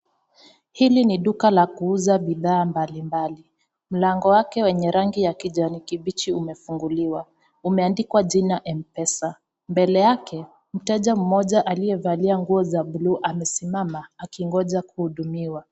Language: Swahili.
Hili ni duka la kuuza bidhaa mbali mbali, mlango wake wenye rangi kijani kibichi umefunguliwa umeandikwa jina M pesa mbele yake mteja mmoja aliye valia nguo za bluu amesimama akingocha kuhudumiwa.